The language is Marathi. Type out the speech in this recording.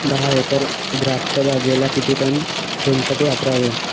दहा एकर द्राक्षबागेला किती टन शेणखत वापरावे?